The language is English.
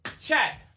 chat